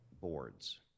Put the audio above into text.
boards